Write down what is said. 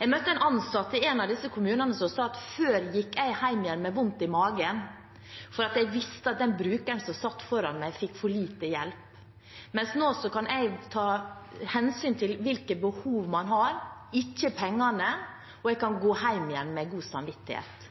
Jeg møtte en ansatt i en av disse kommunene som sa: «Før gikk jeg hjem med vondt i magen fordi jeg visste at den brukeren som satt foran meg, fikk for lite hjelp, mens nå kan jeg ta hensyn til hvilke behov man har, ikke pengene, og jeg kan gå hjem med god samvittighet.»